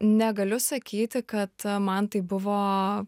negaliu sakyti kad man tai buvo